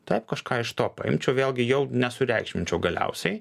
taip kažką iš to paimčiau vėlgi jau nesureikšminčiau galiausiai